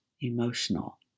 emotional